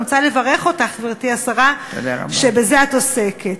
אני רוצה לברך אותך, גברתי השרה, שבזה את עוסקת.